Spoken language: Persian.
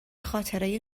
خاطره